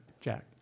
Jack